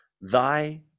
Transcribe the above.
Thy